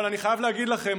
אבל אני חייב להגיד לכם,